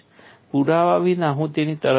પુરાવા વિના હું તેની તરફ જોઈશ